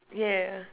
yeah